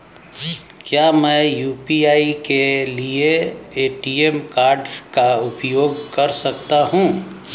क्या मैं यू.पी.आई के लिए ए.टी.एम कार्ड का उपयोग कर सकता हूँ?